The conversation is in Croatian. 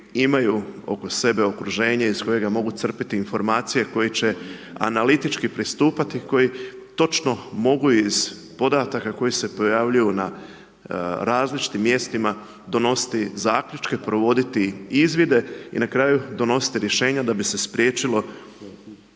koji imaju oko sebe okruženje iz kojega mogu crpiti informacije koje će analitičke pristupati, koji točno mogu iz podataka, koji se pojavljuju na različitim mjestima, donositi zaključke, provoditi izvide i na kraju donositi rješenja, da bi se spriječilo